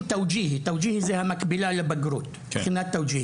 לבחינת התאוג'יהי, המקבילה לבגרות.